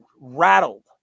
rattled